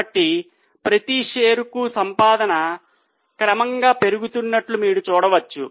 కాబట్టి ప్రతి షేరుకు సంపాదన క్రమంగా పెరుగుతున్నట్లు మీరు చూడవచ్చు